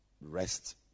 rest